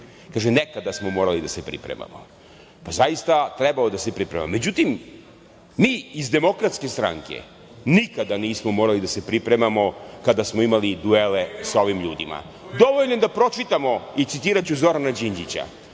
kaže – nekada smo morali da se pripremamo. Zaista, trebalo je da se priprema.Međutim, mi iz DS nikada nismo morali da se pripremamo kada smo imali duele sa ovim ljudima. Dovoljno je da pročitamo. Citiraću Zorana Đinđića: